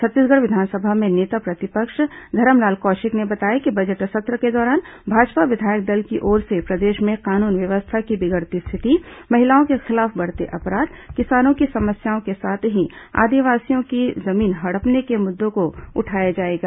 छत्तीसगढ़ विधानसभा में नेता प्रतिपक्ष धरमलाल कौशिक ने बताया कि बजट सत्र के दौरान भाजपा विधायक दल की ओर से प्रदेश में कानून व्यवस्था की बिगड़ती स्थिति महिलाओं के खिलाफ बढ़ते अपराध किसानों की समस्याओं के साथ ही आदिवासियों की जमीन हड़पने के मुद्दों को उठाया जाएगा